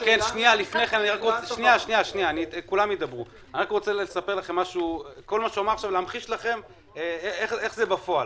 אני רוצה לספר לכם איך זה בפועל.